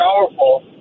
powerful